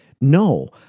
no